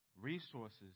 Resources